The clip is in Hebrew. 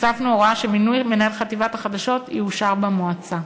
הוספנו הוראה שמינוי מנהל חטיבת החדשות יאושר במועצה.